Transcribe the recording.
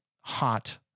hot